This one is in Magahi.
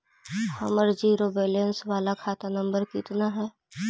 हमर जिरो वैलेनश बाला खाता नम्बर कितना है?